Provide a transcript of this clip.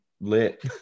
lit